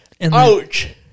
Ouch